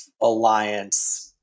Alliance